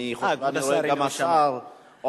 אה, כבוד השר, הנה הוא שם.